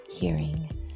hearing